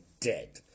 dead